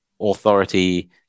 authority